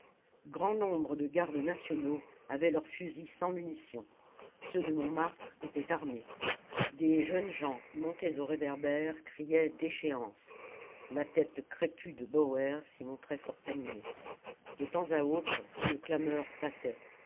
grand nombre de gardes nationaux avaient leurs fusils sans munitions ceux de montmartre étaient armés des jeunes gens montés aux réverbères criaient déchéance la tête crépue de bauer s'y montrait fort animée de temps à autre une clameur passait